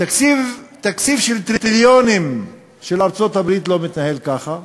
תקציב של טריליונים של ארצות-הברית לא מתנהל ככה.